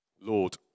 Lord